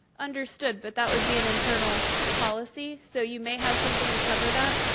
understood, but that would be an internal policy so you may have something to cover that.